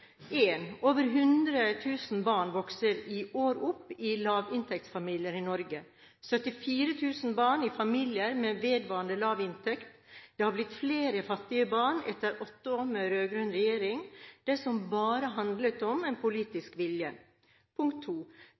Over 100 000 barn vokser i år opp i lavinntektsfamilier i Norge, og 74 000 barn i familier med vedvarende lav inntekt. Det har blitt flere fattige barn etter åtte år med rød-grønn regjering – det som «bare» handlet om politisk vilje.